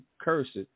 cursed